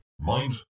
Mind